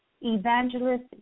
Evangelist